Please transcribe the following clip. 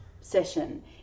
session